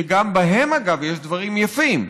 שגם בהם, אגב, יש דברים יפים,